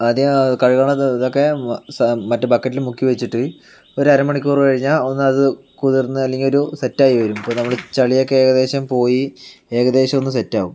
ആദ്യം കഴുകണ ഇതൊക്കെ സാ മറ്റേ ബക്കറ്റിൽ മുക്കി വെച്ചിട്ട് ഒരു അര മണിക്കൂർ കഴിഞ്ഞാൽ ഒന്നത് കുതിർന്ന് അല്ലെങ്കിൽ ഒരു സെറ്റായി വരും അപ്പോൾ നമ്മൾ ചെളിയൊക്കെ ഏകദേശം പോയി ഏകദേശം ഒന്ന് സെറ്റാകും